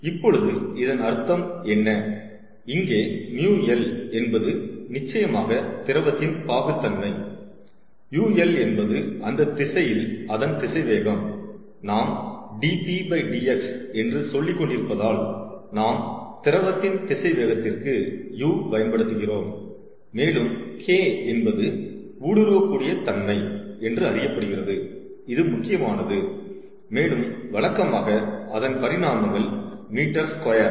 இப்பொழுது இதன் அர்த்தம் என்ன இங்கே μl என்பது நிச்சயமாக திரவத்தின் பாகுத்தன்மை ul என்பது அந்தத் திசையில் அதன் திசைவேகம் நாம் dpdx என்று சொல்லிக் கொண்டிருப்பதால் நாம் திரவத்தின் திசை வேகத்திற்கு u பயன்படுத்துகிறோம் மேலும் K என்பது ஊடுருவக்கூடிய தன்மை என்று அறியப்படுகிறது இது முக்கியமானது மேலும் வழக்கமாக அதன் பரிணாமங்கள் மீட்டர் ஸ்கொயர்